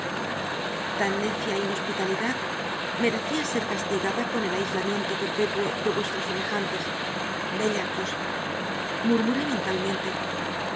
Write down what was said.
tan necia inhospitalidad merecía ser castigada con el aislamiento perpetuo de vuestros semejantes bellacos murmuré mentalmente